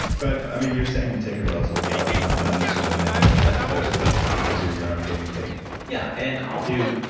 but, i mean, you're saying you take a relatively large amount, not necessarily the minimum effective dose, but that's because you're your own guinea pig yeah. and i'll do,